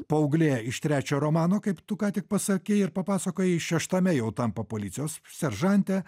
paauglė iš trečio romano kaip tu ką tik pasakei ir papasakojai šeštame jau tampa policijos seržante